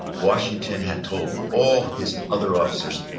washington had told all his other officers,